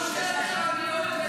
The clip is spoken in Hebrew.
בסדר.